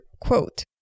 quote